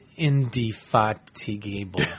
indefatigable